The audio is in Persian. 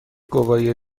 گواهی